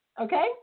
Okay